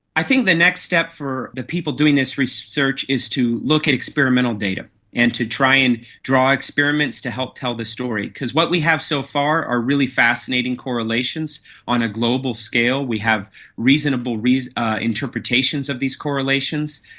i think the next step for the people doing this research is to look at experimental data and to try and draw experiments to help tell the story, because what we have so far are really fascinating correlations on a global scale. we have reasonable ah interpretations of these correlations.